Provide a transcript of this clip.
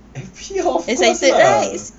happy of course lah